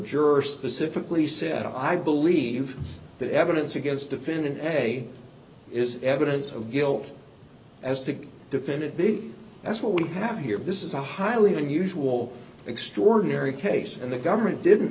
jurors specifically said i believe the evidence against defendant and a is evidence of guilt as to defendant big that's what we have here this is a highly unusual extraordinary case and the government didn't